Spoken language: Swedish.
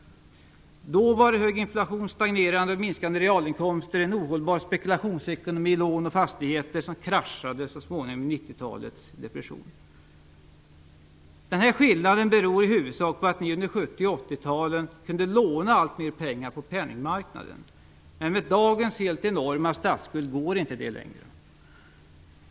Då var det hög inflation, stagnerande eller minskade realinkomster och en ohållbar spekulationsekonomi i lån och fastigheter som så småningom kraschade in i 90-talets depression. Denna skillnad beror i huvudsak på att ni under 70 och 80-talen kunde låna alltmer pengar på penningmarknaden, men med dagens helt enorma statsskuld går inte det längre.